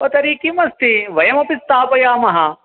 ओ तर्हि किम् अस्ति वयमपि स्थापयामः